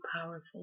powerful